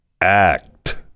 act